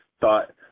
thought